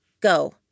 Go